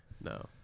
No